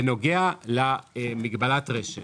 בנוגע למגבלת רשת